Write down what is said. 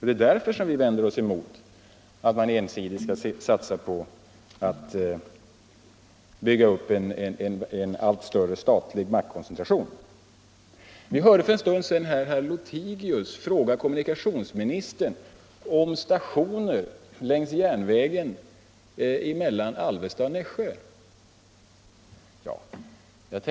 Det är därför vi vänder oss emot att man ensidigt skall satsa på att bygga ut en allt större statlig maktkoncentration. Vi hörde för en stund sedan herr Lothigius fråga kommunikationsministern om stationer längs järnvägen mellan Alvesta och Nässjö.